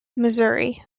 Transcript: missouri